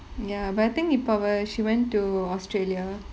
ya but I think இப்ப அவ:ippa ava she went to australia